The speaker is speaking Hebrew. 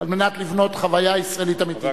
על מנת לבנות חוויה ישראלית אמיתית.